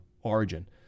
origin